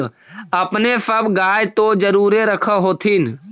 अपने सब गाय तो जरुरे रख होत्थिन?